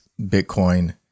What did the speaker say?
Bitcoin